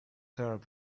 heart